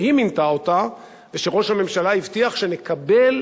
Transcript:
שהיא מינתה אותה ושראש הממשלה הבטיח שנקבל